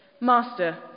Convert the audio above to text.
Master